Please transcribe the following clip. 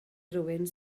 rywun